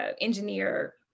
engineer